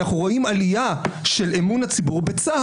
אנחנו רואים עלייה של אמון הציבור בצבא